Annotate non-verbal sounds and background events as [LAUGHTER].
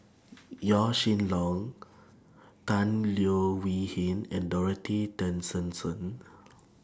[NOISE] Yaw Shin Leong Tan Leo Wee Hin and Dorothy Tessensohn [NOISE]